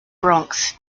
bronx